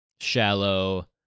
shallow